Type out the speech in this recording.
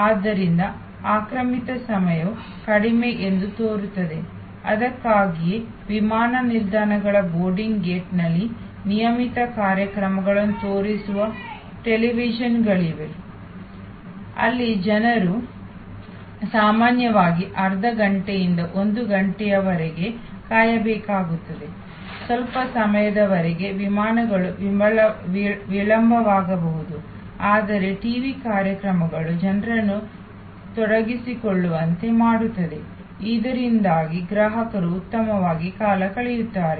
ಆದ್ದರಿಂದ ಆಕ್ರಮಿತ ಸಮಯವು ಕಡಿಮೆ ಎಂದು ತೋರುತ್ತದೆ ಅದಕ್ಕಾಗಿಯೇ ವಿಮಾನ ನಿಲ್ದಾಣಗಳ ಬೋರ್ಡಿಂಗ್ ಗೇಟ್ನಲ್ಲಿ ನಿಯಮಿತ ಕಾರ್ಯಕ್ರಮಗಳನ್ನು ತೋರಿಸುವ ಟೆಲಿವಿಷನ್ಗಳಿವೆ ಅಲ್ಲಿ ಜನರು ಸಾಮಾನ್ಯವಾಗಿ ಅರ್ಧ ಘಂಟೆಯಿಂದ ಒಂದು ಗಂಟೆಯವರೆಗೆ ಕಾಯಬೇಕಾಗುತ್ತದೆ ಸ್ವಲ್ಪ ಸಮಯದವರೆಗೆ ವಿಮಾನಗಳು ವಿಳಂಬವಾಗಬಹುದು ಆದರೆ ಟಿವಿ ಕಾರ್ಯಕ್ರಮಗಳು ಜನರನ್ನು ತೊಡಗಿಸಿಕೊಳ್ಳುವಂತೆ ಮಾಡುತ್ತದೆ ಇದರಿಂದಾಗಿ ಗ್ರಾಹಕರು ಉತ್ತಮವಾಗಿ ಕಾಲಕಳೆಯುತ್ತಾರೆ